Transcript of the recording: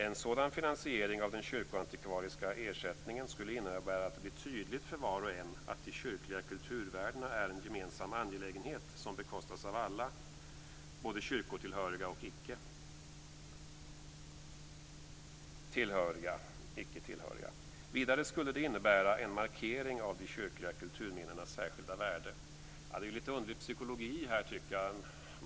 - En sådan finansiering av den kyrkoantikvariska ersättningen skulle innebära att det blir tydligt för var och en att bevarandet av de kyrkliga kulturvärdena är en gemensam angelägenhet som bekostas av alla, både kyrkotillhöriga och icketillhöriga. Vidare skulle det innebära en markering av de kyrkliga kulturminnenas särskilda värde." Jag tycker att här är en lite underlig psykologi.